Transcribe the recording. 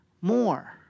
more